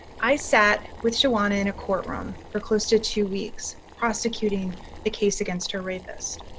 i sat with shawana in a courtroom for close to two weeks, prosecuting the case against her rapist.